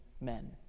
men